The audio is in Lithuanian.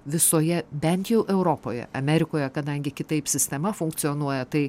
visoje bent jau europoje amerikoje kadangi kitaip sistema funkcionuoja tai